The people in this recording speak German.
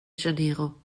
janeiro